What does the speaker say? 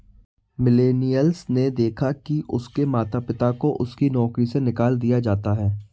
millennials ने देखा है कि उनके माता पिता को उनकी नौकरी से निकाल दिया जाता है